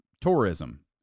tourism